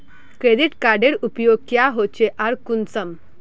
Credit कार्डेर उपयोग क्याँ होचे आर कुंसम?